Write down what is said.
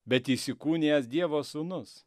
bet įsikūnijęs dievo sūnus